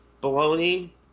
bologna